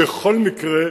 בכל מקרה,